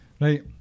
Right